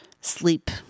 sleep